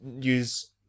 use